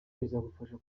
bizagufasha